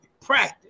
Practice